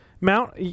Mount